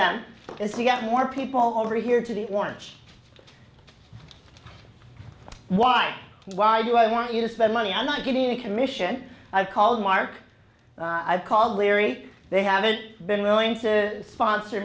them is to get more people over here to the orange why why do i want you to spend money i'm not getting a commission i've called mark i've called larry they haven't been willing to sponsor